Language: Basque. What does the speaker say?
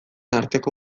arteko